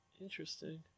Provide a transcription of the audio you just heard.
Interesting